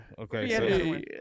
Okay